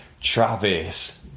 Travis